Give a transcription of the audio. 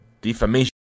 Defamation